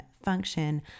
function